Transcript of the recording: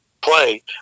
play